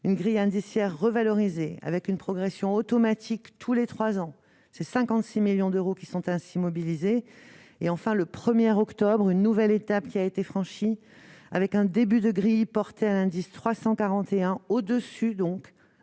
une grille indiciaire revalorisé, avec une progression automatique tous les 3 ans, c'est 56 millions d'euros qui sont ainsi mobilisés et enfin le premier octobre, une nouvelle étape qui a été franchi avec un début de gris porté à un indice 341 au-dessus donc